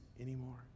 anymore